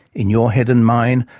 in your head and mine,